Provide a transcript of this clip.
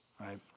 right